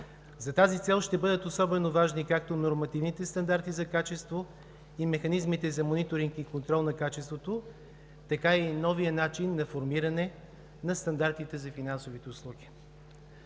За тази цел ще бъдат особено важни както нормативните стандарти за качество –механизмите за мониторинг и контрол, така и новият начин на формиране на стандартите за финансовите услуги.